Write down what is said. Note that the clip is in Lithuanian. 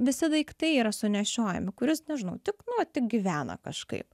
visi daiktai yra sunešiojami kuris nežinau tik nu vat tik gyvena kažkaip